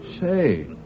Say